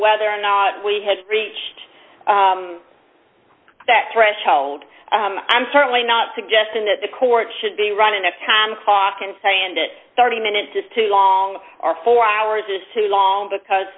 whether or not we had reached that threshold i'm certainly not suggesting that the court should be running a time clock and saying that thirty minutes is too long or four hours is too long because